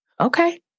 okay